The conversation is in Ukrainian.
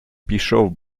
пішов